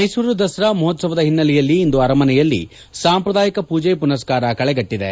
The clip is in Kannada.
ಮೈಸೂರು ದಸರಾ ಮಹೋತ್ಪದ ಹಿನ್ನೆಲೆಯಲ್ಲಿ ಇಂದು ಅರಮನೆಯಲ್ಲಿ ಸಾಂಪ್ರದಾಯಿಕ ಪೂಜೆ ಪುನಸ್ಕಾರ ಕಳೆಕಟ್ಟಿದೆ